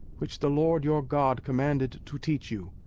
which the lord your god commanded to teach you,